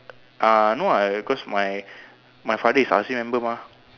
uh no ah cause my my father is R_C member mah